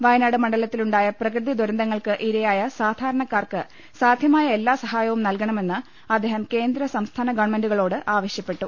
വയനാട് മണ്ഡലത്തിലുണ്ടായ പ്രകൃതിദുരന്തങ്ങൾക്കിരയായ സാധാരണക്കാർക്ക് സാധ്യമായ എല്ലാ സഹായവും നൽകണമെന്ന് അദ്ദേഹം കേന്ദ്ര സംസ്ഥാന ഗവൺമെന്റുകളോട് ആവശ്യപ്പെട്ടു